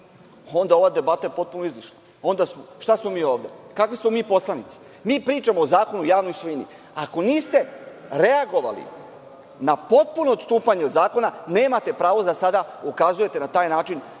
onda je ova debata potpuno izlišna. Šta smo mi ovde? Kakvi smo mi poslanici? Mi pričamo o Zakonu o javnoj svojini. Ako niste reagovali na potpuno odstupanje od zakona, nemate pravo sada da ukazujete na taj način